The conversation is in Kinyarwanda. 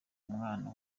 umwana